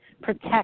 protect